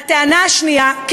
מה, באמת?